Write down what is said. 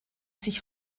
sich